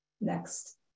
Next